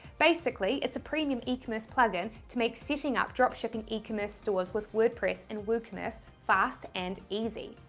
basically, it's a premium ecommerce plug-in to make setting up drop shipping ecommerce stores with word press and woocommerce fast and easy.